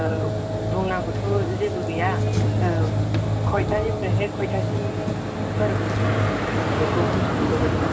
औ बुंनांगौथ जेबो गैया औ कयथानिफ्रायहाय कयथासिम फोरोंगोन बेखौ मिथिनो लुबैदों